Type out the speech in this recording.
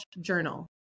journal